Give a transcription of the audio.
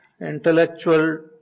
intellectual